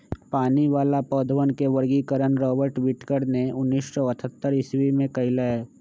पानी वाला पौधवन के वर्गीकरण रॉबर्ट विटकर ने उन्नीस सौ अथतर ईसवी में कइलय